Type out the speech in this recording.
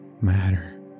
matter